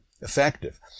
effective